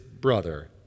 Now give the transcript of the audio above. brother